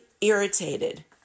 irritated